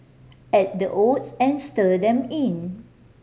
add the oats and stir them in